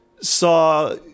saw